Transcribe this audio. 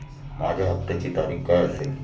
माझ्या हप्त्याची तारीख काय असेल?